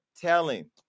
telling